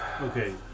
Okay